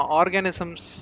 organisms